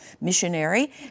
missionary